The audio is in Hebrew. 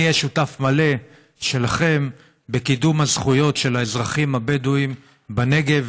אני אהיה שותף מלא שלכם בקידום הזכויות של האזרחים הבדואים בנגב,